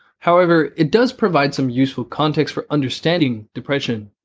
however it does provide some useful context for understanding depression.